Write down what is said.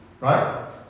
Right